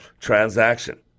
transaction